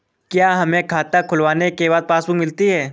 क्या हमें खाता खुलवाने के बाद पासबुक मिलती है?